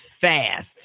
fast